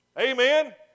Amen